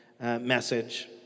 message